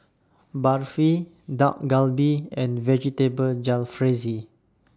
Barfi Dak Galbi and Vegetable Jalfrezi